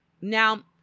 Now